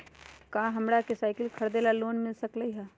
का हमरा के साईकिल खरीदे ला लोन मिल सकलई ह?